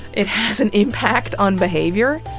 it has an impact on behavior.